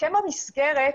הסכם המסגרת,